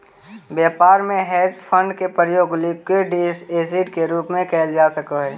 व्यापार में hedge fund के उपयोग लिक्विड एसिड के रूप में कैल जा सक हई